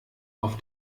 auf